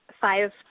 five